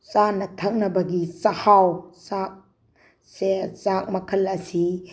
ꯆꯥꯅ ꯊꯛꯅꯕꯒꯤ ꯆꯥꯛꯍꯥꯎ ꯆꯥꯛꯁꯦ ꯆꯥꯛ ꯃꯈꯜ ꯑꯁꯤ